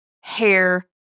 hair